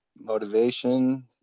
Motivation